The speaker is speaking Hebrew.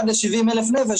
1:70,000 נפש,